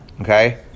okay